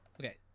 Okay